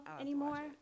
anymore